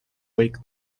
wake